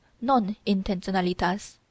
non-intentionalitas